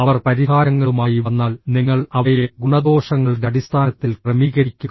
അവർ പരിഹാരങ്ങളുമായി വന്നാൽ നിങ്ങൾ അവയെ ഗുണദോഷങ്ങളുടെ അടിസ്ഥാനത്തിൽ ക്രമീകരിക്കുക